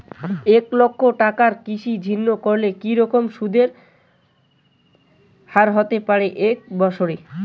এক লক্ষ টাকার কৃষি ঋণ করলে কি রকম সুদের হারহতে পারে এক বৎসরে?